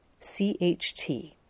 CHT